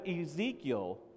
Ezekiel